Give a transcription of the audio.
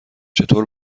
چطور